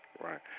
Right